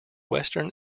western